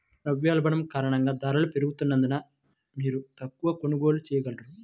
ద్రవ్యోల్బణం కారణంగా ధరలు పెరుగుతున్నందున, మీరు తక్కువ కొనుగోళ్ళు చేయగలరు